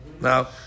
Now